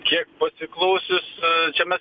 kiek pasiklausius čia mes